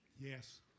Yes